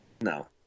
No